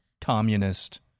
communist